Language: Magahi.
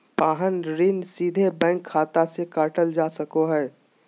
वाहन ऋण सीधे बैंक खाता से काटल जा सको हय